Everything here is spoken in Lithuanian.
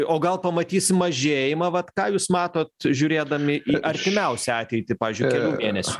o gal pamatysim mažėjimą vat ką jūs matot žiūrėdami į artimiausią ateitį pavyzdžiui kelių mėnesių